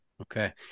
Okay